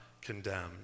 condemned